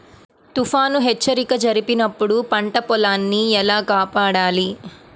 తుఫాను హెచ్చరిక జరిపినప్పుడు పంట పొలాన్ని ఎలా కాపాడాలి?